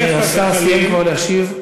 השר סיים כבר להשיב.